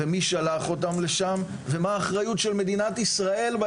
מי שלח אותם לשם ומה האחריות של מדינת ישראל גם